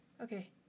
Okay